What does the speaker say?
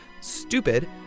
stupid